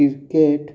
cricket